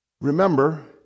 Remember